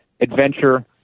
adventure